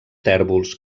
tèrbols